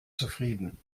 zufrieden